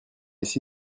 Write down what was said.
ici